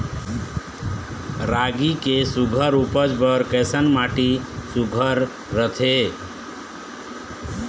रागी के सुघ्घर उपज बर कैसन माटी सुघ्घर रथे?